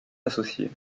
associées